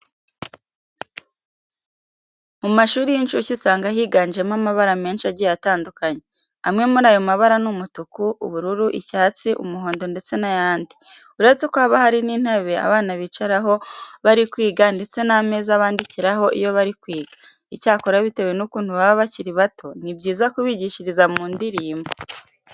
Mu mashuri y'incuke usanga higanjemo amabara menshi agiye atandukanye. Amwe muri ayo mabara ni umutuku, ubururu, icyatsi, umuhondo n'ayandi. Uretse ko haba hari n'intebe abana bicaraho bari kwiga ndetse n'ameza bandikiraho iyo bari kwiga. Icyakora, bitewe n'ukuntu baba bakiri bato ni byiza kubigishiriza mu ndirimbo.